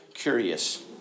curious